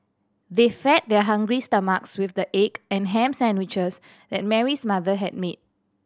they fed their hungry stomachs with the egg and ham sandwiches that Mary's mother had made